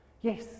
Yes